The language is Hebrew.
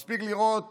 מספיק לראות